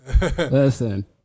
Listen